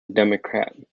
democrat